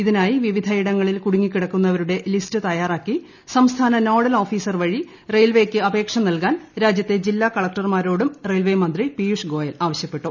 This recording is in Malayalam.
ഇതിനായി വിവിധയിടങ്ങളിൽ കുടുങ്ങിക്കിടക്കുന്നവരുടെ ലിസ്റ്റ് തയ്യാറാക്കി സംസ്ഥാന നോഡൽ ഓഫീസർ വഴി റെയിവേയ്ക്ക് അപേക്ഷ നൽകാൻ രാജ്യത്തെ ജില്ലാ കളക്ടർമാരോടും റെയിൽവേമന്ത്രി പീയുഷ് ഗോയൽ ആവശ്യപ്പെട്ടു